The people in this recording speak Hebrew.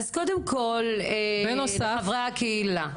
חברי הקהילה,